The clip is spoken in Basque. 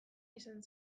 izan